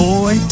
Boy